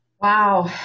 Wow